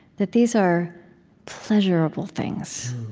that these are pleasurable things.